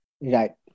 Right